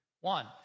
One